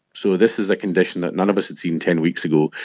so this is a condition that none of us had seen ten weeks ago,